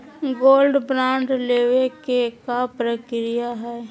Gold bond लेवे के का प्रक्रिया हई?